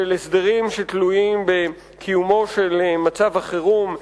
של הסדרים שתלויים בקיומו של מצב החירום.